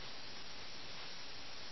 ഈ കഥയിൽ മിക്കവാറും എല്ലാവരും തടവുകാരാണ്